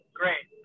great